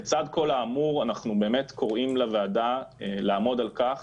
לצד כל האמור אנחנו באמת קוראים לוועדה לעמוד על כך